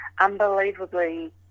unbelievably